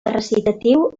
recitatiu